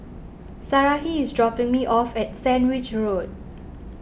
Sarahi is dropping me off at Sandwich Road